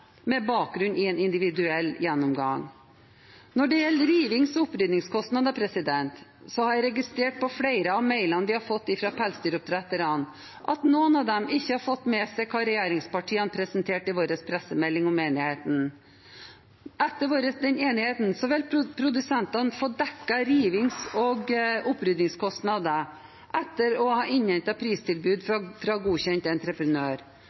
med bakgrunn i en individuell gjennomgang. Når det gjelder rivnings- og oppryddingskostnader, har jeg registrert i flere av mailene vi har fått fra pelsdyroppdretterne, at noen av dem ikke har fått med seg hva regjeringspartiene presenterte i sin pressemelding om enigheten. Etter den enigheten vil produsentene få dekket rivnings- og oppryddingskostnader etter å ha innhentet pristilbud fra godkjent entreprenør.